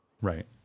Right